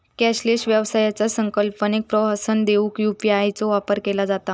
cashless व्यवहाराचा संकल्पनेक प्रोत्साहन देऊक यू.पी.आय चो वापर केला जाता